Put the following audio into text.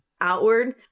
outward